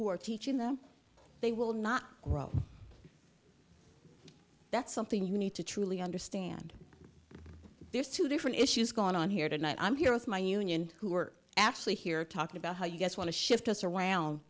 who are teaching them they will not grow that's something you need to truly understand there's two different issues going on here tonight i'm here with my union who were actually here talking about how you guys want to shift us around